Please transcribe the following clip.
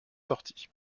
sortis